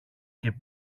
και